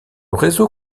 réseau